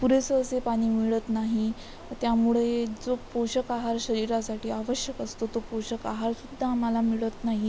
पुरेसं असे पाणी मिळत नाही त्यामुळे जो पोषक आहार शरीरासाठी आवश्यक असतो तो पोषक आहारसुद्धा आम्हाला मिळत नाही